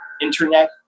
internet